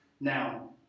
Now